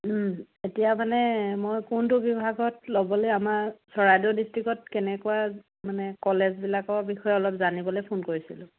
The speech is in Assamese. এতিয়া মানে মই কোনটো বিভাগত ল'বলৈ আমাৰ চৰাইদেউ ডিষ্ট্ৰিকত কেনেকুৱা মানে কলেজবিলাকৰ বিষয়ে অলপ জানিবলৈ ফোন কৰিছিলোঁ